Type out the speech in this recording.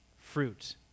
fruit